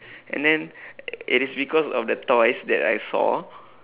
and then it is because of the toys that I saw